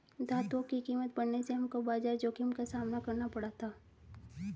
धातुओं की कीमत बढ़ने से हमको बाजार जोखिम का सामना करना पड़ा था